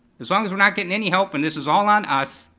as long as we're not getting any help and this is all on us,